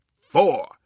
four